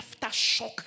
aftershock